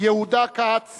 יהודה כץ